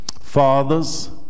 Fathers